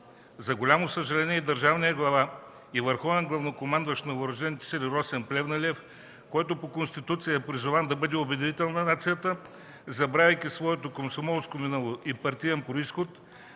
За голямо съжаление, и държавният глава и върховен главнокомандващ на Въоръжените сили Росен Плевнелиев, който по Конституция е призван да бъде обединител на нацията, забравяйки своето комсомолско минало и партиен произход,